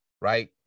right